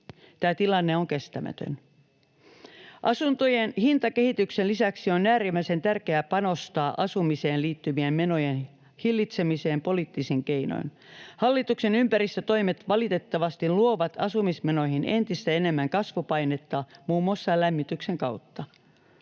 Tämä tilanne on kestämätön. Asuntojen hintakehityksen lisäksi on äärimmäisen tärkeää panostaa asumiseen liitty-vien menojen hillitsemiseen poliittisin keinoin. Hallituksen ympäristötoimet valitettavasti luovat asumismenoihin entistä enemmän kasvupainetta muun muassa lämmityksen kautta.